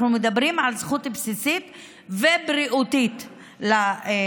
אנחנו מדברים על זכות בסיסית ובריאותית לציבור.